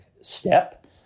step